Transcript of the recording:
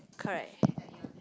correct